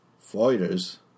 Fighters